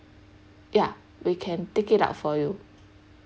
ya we can take it out for you